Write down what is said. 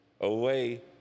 away